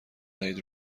دهید